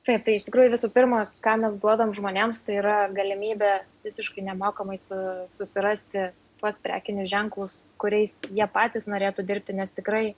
taip tai iš tikrųjų visų pirma ką mes duodam žmonėms tai yra galimybė visiškai nemokamai su susirasti tuos prekinius ženklus kuriais jie patys norėtų dirbti nes tikrai